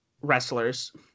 wrestlers